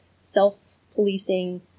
self-policing